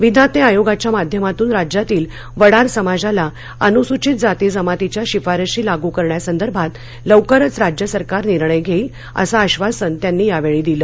विधाते आयोगाच्या माध्यमातून राज्यातील वडार समाजाला अनुसूचित जाती जमातीच्या शिफारशी लागू करण्यासंदर्भात लवकरच राज्य सरकार निर्णय घेईल असं आधासन त्यांनी या वेळी दिलं